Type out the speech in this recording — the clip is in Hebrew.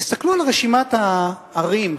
תסתכלו על רשימת הערים.